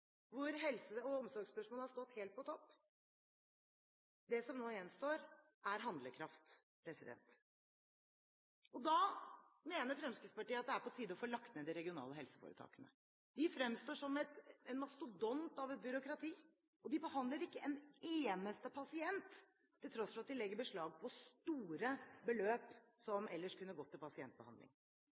hvor helse- og omsorgsspørsmål har stått helt på topp. Det som nå gjenstår, er handlekraft. Da mener Fremskrittspartiet at det er på tide å få lagt ned de regionale helseforetakene. De fremstår som en mastodont av et byråkrati, og de behandler ikke én eneste pasient til tross for at de legger beslag på store beløp som ellers kunne gått til pasientbehandling.